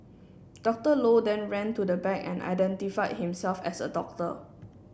Doctor Low then ran to the back and identified himself as a doctor